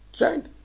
right